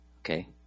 Okay